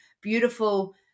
beautiful